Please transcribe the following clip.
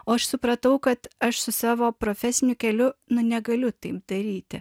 o aš supratau kad aš su savo profesiniu keliu nu negaliu taip daryti